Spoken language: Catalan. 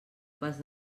pas